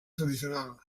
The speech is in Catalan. tradicional